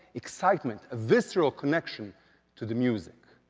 excitement, a visceral connection to the music.